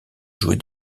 jouer